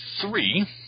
three